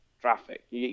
traffic